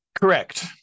Correct